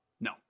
No